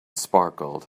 sparkled